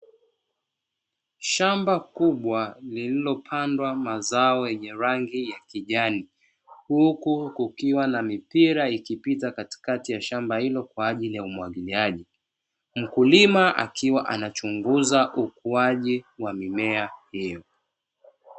Shamba kubwa lililopandwa mazao yenye rangi ya kijani huku kukiwa na mipira ikipita katikati ya shamba hilo kwa ajili ya umwagiliaji, mkulima akiwa anachunguza ukuaji wa mimea hiyo.